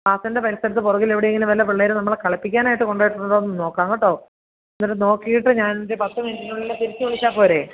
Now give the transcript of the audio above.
ക്ലാസിന്റെ പരിസരത്ത് പുറകിലെവിടെയെങ്കിലും വല്ല പിള്ളേരും നമ്മളെ കളിപ്പിക്കാനായിട്ട് കൊണ്ടുപോയി ഇട്ടിട്ടുണ്ടോ എന്ന് നോക്കാം കേട്ടോ എന്നിട്ട് നോക്കിയിട്ട് ഞാൻ ദേ പത്ത് മിനിറ്റിനുള്ളിൽ തിരിച്ചു വിളിച്ചാൽ പോരേ